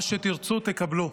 מה שתרצו תקבלו.